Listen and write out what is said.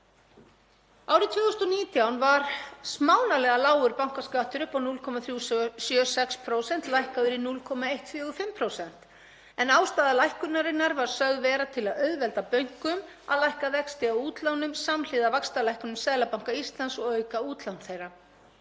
Árið 2019 var smánarlega lágur bankaskattur upp á 0,376% lækkaður í 0,145%. Ástæða lækkunar var sögð vera til að auðvelda bönkum að lækka vexti á útlánum samhliða vaxtalækkunum Seðlabanka Íslands og auka útlán þeirra.